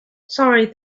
sorry